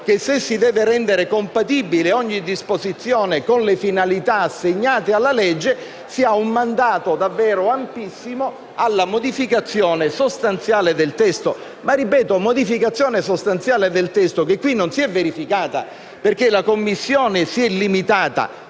che, se si deve rendere compatibile ogni disposizione con le finalità assegnate alla legge, si ha un mandato davvero amplissimo alla modificazione sostanziale del testo. Ripeto, però, che questa modificazione sostanziale del testo qui non si è verificata perché la Commissione si è limitata,